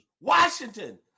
Washington